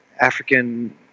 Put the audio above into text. African